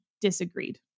disagreed